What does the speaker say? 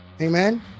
Amen